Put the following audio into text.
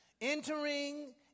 Entering